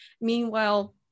Meanwhile